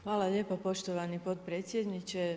Hvala lijepo poštovani potpredsjedniče.